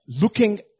looking